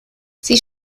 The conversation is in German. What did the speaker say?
sie